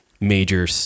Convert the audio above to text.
Major